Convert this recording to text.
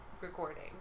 recording